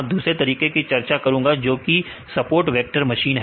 अब दूसरा तरीका का चर्चा करूंगा जो कि है सपोर्ट वेक्टर मशीन